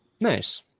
Nice